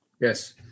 yes